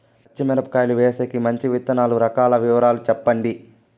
పచ్చి మిరపకాయలు వేసేకి మంచి విత్తనాలు రకాల వివరాలు చెప్పండి?